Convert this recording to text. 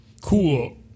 Cool